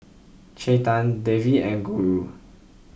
Chetan Devi and Guru